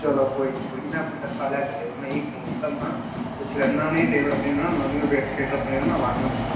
चलो कोई निं कोई निं में अपनी तरफा लेहागा लेबर में इ'यै फोन कीता महां पुच्छी लैन्ना उ'नें ई लेबर अपनी न'ना आह्ननी होऐ वेटर शेटर अपने निं ना लाने होन उ'नें महां